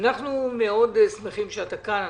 אנחנו מאוד שמחים שאתה כאן,